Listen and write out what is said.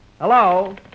Hello